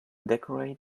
decorate